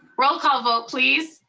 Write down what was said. roll call vote, please?